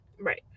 Right